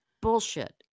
Bullshit